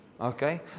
okay